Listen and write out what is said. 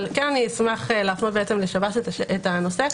ואני כן אשמח להפנות לשב"ס את הנושא,